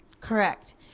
Correct